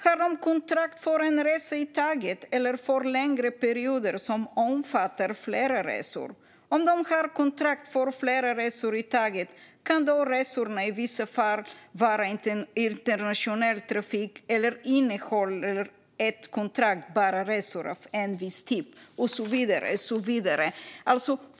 Har de kontrakt för en resa i taget, eller för längre perioder som omfattar flera resor? Om de har kontrakt för flera resor i taget, kan då resorna i vissa fall vara internationell trafik, eller omfattar ett kontrakt bara resor av en viss typ? Och så vidare.